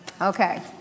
Okay